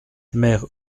mère